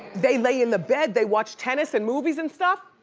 they lay in the bed, they watch tennis and movies and stuff.